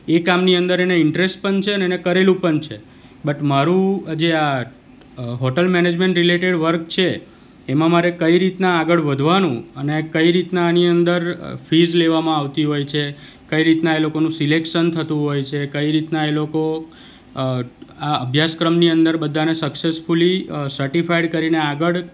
ઇ કામની અંદર એને ઇન્ટરેસ્ટ પણ છે અને એને કરેલું પણ છે બટ મારું જે આ હોટલ મેનેજમેન્ટ રિલેટેડ વર્ક છે એમાં મારે કઈ રીતના આગળ વધવાનું અને આ કઈ રીતના આની અંદર ફીઝ લેવામાં આવતી હોય છે કઈ રીતના એ લોકોનું સિલેક્સન થતું હોય છે કઈ રીતના એ લોકો આ અભ્યાસક્રમની અંદર બધાને સક્સેસફૂલી સર્ટિફાઇડ કરીને આગળ